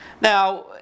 Now